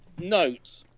note